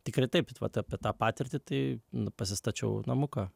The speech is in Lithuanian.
tikrai taip vat apie tą patirtį tai nu pasistačiau namuką